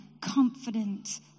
confident